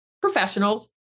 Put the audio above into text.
Professionals